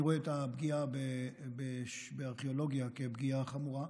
אני רואה את הפגיעה בארכיאולוגיה כפגיעה חמורה.